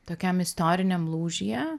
tokiam istoriniam lūžyje